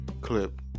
clip